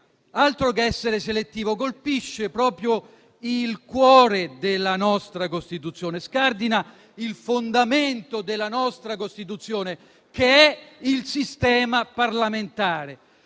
altro che essere fintamente selettivo! Colpisce proprio il cuore della nostra Costituzione, scardina il fondamento della nostra Costituzione, che è il sistema parlamentare.